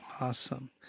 Awesome